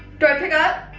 do i pick up?